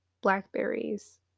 blackberries